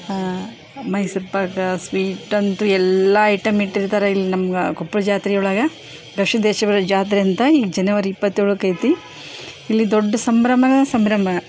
ಮೈಸೂರು ಪಾಕ ಸ್ವೀಟ್ ಅಂತು ಎಲ್ಲ ಐಟಮ್ ಇಟ್ಟಿರ್ತಾರೆ ಇಲ್ಲಿ ನಮ್ಮ ಕೊಪ್ಳ ಜಾತ್ರೆ ಒಳಗೆ ಗವಿಸಿದ್ಧೇಶ್ವರ ಜಾತ್ರೆ ಅಂತ ಈಗ ಜನವರಿ ಇಪ್ಪತ್ತೇಳಕ್ಕೆ ಐತಿ ಇಲ್ಲಿ ದೊಡ್ಡ ಸಂಭ್ರಮನೇ ಸಂಭ್ರಮ